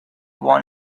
want